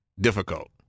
difficult